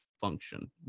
function